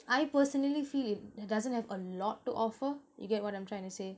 I personally feel it doesn't have a lot to offer you get what I'm trying to say